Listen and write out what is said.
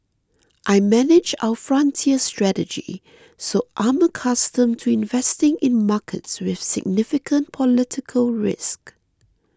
I manage our frontier strategy so I'm accustomed to investing in markets with significant political risk